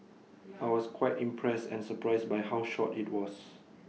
I was quite impressed and surprised by how short IT was